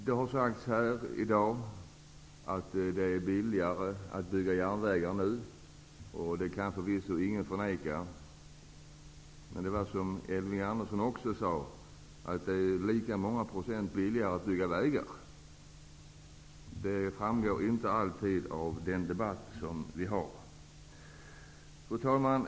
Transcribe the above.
Det har sagts här i dag att det är billigare att bygga järnvägar nu. Det kan förvisso ingen förneka. Men som Elving Andersson också sade är det lika många procent billigare att bygga vägar. Det framgår inte alltid av den debatt som vi för. Fru talman!